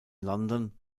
london